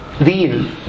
real